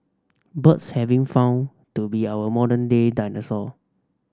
birds having found to be our modern day dinosaur